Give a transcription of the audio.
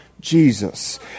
Jesus